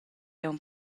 aunc